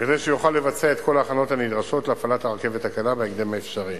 כדי שיוכל לבצע את כל ההכנות הנדרשות להפעלת הרכבת הקלה בהקדם האפשרי.